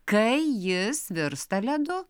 kai jis virsta ledu